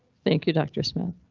thank you dr smith.